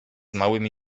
małymi